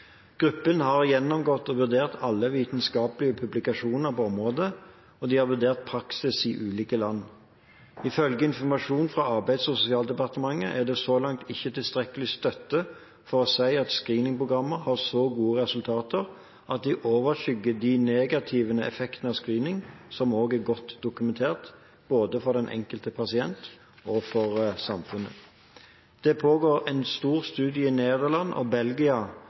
Gruppen har gjennomgått og vurdert alle vitenskapelige publikasjoner på området, og de har vurdert praksis i ulike land. Ifølge informasjon fra Arbeids- og sosialdepartementet er det så langt ikke tilstrekkelig støtte for å si at screeningprogrammer har så gode resultater at de overskygger de negative effektene av screening, som er godt dokumentert – både for den enkelte pasient og for samfunnet. Det pågår en stor studie i Nederland og Belgia